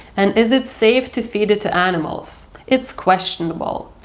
and is it safe to feed it to animals? it's questionable.